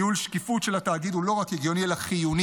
ניהול שקיפות של התאגיד הוא לא רק הגיוני אלא חיוני.